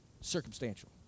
Circumstantial